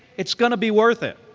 it's going to be worth it.